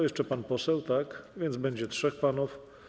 Jeszcze pan poseł, więc będzie trzech panów.